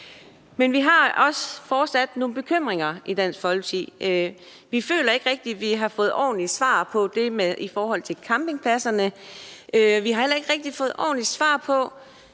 Men vi har også fortsat nogle bekymringer i Dansk Folkeparti. Vi føler ikke rigtig, at vi har fået et ordentligt svar på det med campingpladserne. Vi har heller ikke rigtig fået ordentlige svar på